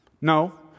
No